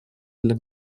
для